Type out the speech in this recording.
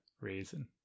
reason